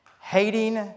hating